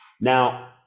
Now